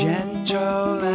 Gentle